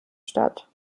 statt